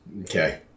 Okay